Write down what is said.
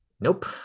Nope